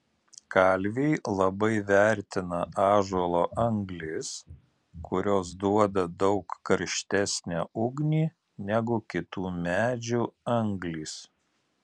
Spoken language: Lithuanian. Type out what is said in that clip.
kalviai labai vertina ąžuolo anglis kurios duoda daug karštesnę ugnį negu kitų medžių anglys